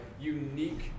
unique